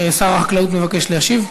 שר החקלאות מבקש להשיב?